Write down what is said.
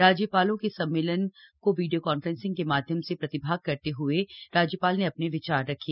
राज्यपालों के सम्मेलन में वीडिया कांफ्रेसिंग के माध्यम से प्रतिभाग करते हुए राज्यपाल ने अपने विचार रखे